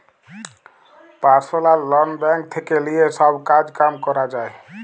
personal loan bank থেক্যে লিয়ে সব কাজ কাম ক্যরা যায়